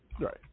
Right